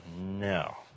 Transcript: no